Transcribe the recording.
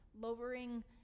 lowering